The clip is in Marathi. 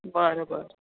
बरं बरं